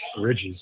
bridges